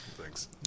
Thanks